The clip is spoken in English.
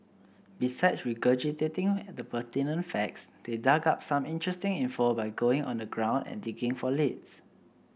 besides regurgitating the pertinent facts they dug up some interesting info by going on the ground and digging for leads